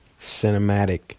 cinematic